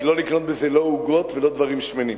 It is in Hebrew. רק לא לקנות בזה לא עוגות ולא דברים שמנים.